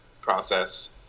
process